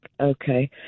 Okay